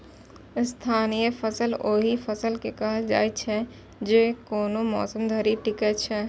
स्थायी फसल ओहि फसल के कहल जाइ छै, जे कोनो मौसम धरि टिकै छै